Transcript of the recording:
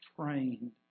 trained